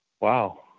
Wow